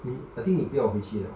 你 I think 你不要回去了